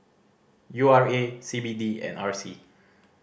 U R A C B D and R C